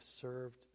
served